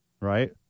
right